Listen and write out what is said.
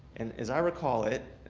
and as i recall it,